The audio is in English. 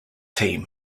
team